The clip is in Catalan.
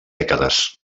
dècades